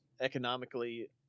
economically